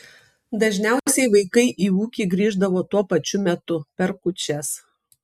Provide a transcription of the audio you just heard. dažniausiai vaikai į ūkį grįždavo tuo pačiu metu per kūčias